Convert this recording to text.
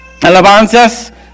alabanzas